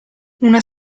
una